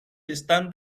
están